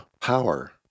Power